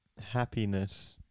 Happiness